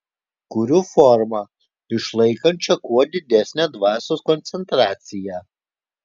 kuriu formą išlaikančią kuo didesnę dvasios koncentraciją